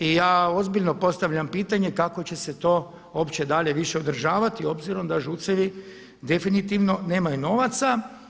I ja ozbiljno postavljam pitanje kako će se to uopće dalje više održavati obzirom da ŽUC-evi definitivno nemaju novaca.